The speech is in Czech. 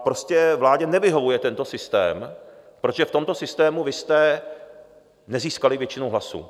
Prostě vládě nevyhovuje tento systém, protože v tomto systému vy jste nezískali většinu hlasů.